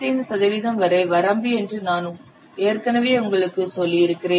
75 சதவீதம் வரை வரம்பு என்று நான் ஏற்கனவே உங்களுக்குச் சொல்லியிருக்கிறேன்